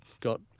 got